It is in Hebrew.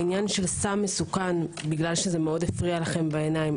העניין של סם מסוכן בגלל שמאוד הפריע לכם בעיניים,